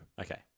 Okay